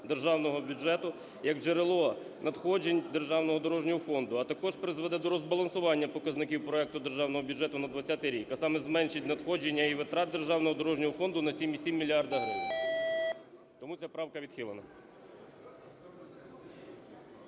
державного бюджету як джерело надходжень Державного дорожнього фонду, а також призведе до розбалансування показників проекту Державного бюджету на 20-й рік, а саме зменшить надходження і витрати Державного дорожнього фонду на 7,7 мільярда гривень. Тому ця правка відхилена.